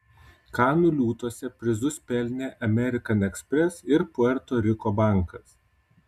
kanų liūtuose prizus pelnė amerikan ekspres ir puerto riko bankas